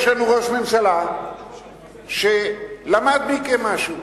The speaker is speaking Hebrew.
יש לנו ראש ממשלה שלמד מכם משהו.